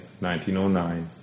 1909